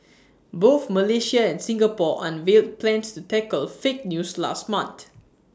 both Malaysia and Singapore unveiled plans to tackle fake news last month